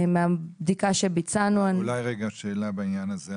מהבדיקה שביצענו --- אולי רגע שאלה בעניין הזה.